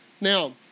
Now